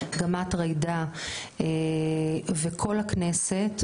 גם את ג'ידא וכל הכנסת,